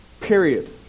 Period